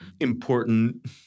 Important